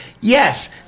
Yes